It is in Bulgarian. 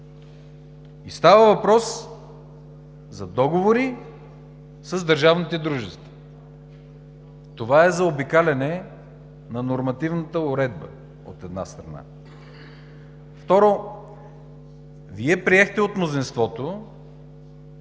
Става въпрос за договори с държавните дружества. Това е заобикаляне на нормативната уредба, от една страна. Второ, Вие приехте – от мнозинството,